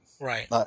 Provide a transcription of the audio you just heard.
Right